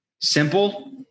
simple